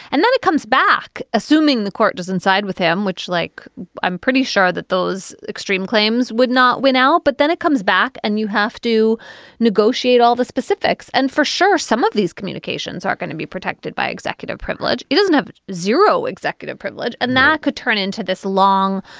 and then it comes back, assuming the court does inside with him, which like i'm pretty sure that those extreme claims would not win out. but then it comes back and you have to negotiate all the specifics. and for sure, some of these communications are going to be protected by executive privilege. it doesn't have zero executive privilege. and that could turn into this long.